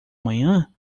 manhã